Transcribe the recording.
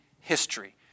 history